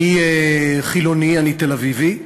אני חילוני, אני תל-אביבי,